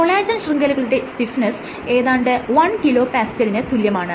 collagen ശൃംഖലകളുടെ stiffness ഏതാണ്ട് 1 kPa ലിന് തുല്യമാണ്